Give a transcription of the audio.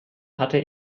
hatte